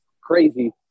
crazy